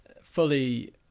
fully